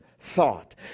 Thought